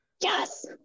Yes